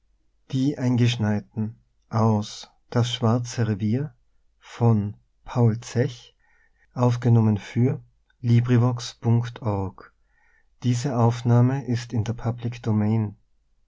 die eingeschneiten die